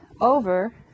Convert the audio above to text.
over